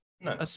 no